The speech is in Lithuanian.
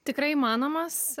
tikrai įmanomas